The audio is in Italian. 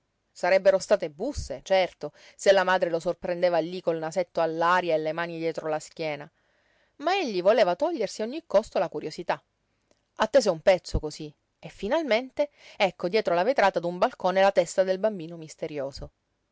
sarebbero state busse certo se la madre lo sorprendeva lí col nasetto all'aria e le mani dietro la schiena ma egli voleva togliersi a ogni costo la curiosità attese un pezzo cosí e finalmente ecco dietro la vetrata d'un balcone la testa del bambino misterioso